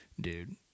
dude